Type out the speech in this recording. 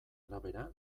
arabera